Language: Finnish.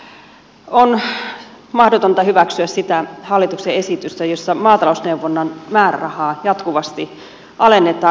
on mahdotonta hyväksyä sitä hallituksen esitystä jossa maatalousneuvonnan määrärahaa jatkuvasti alennetaan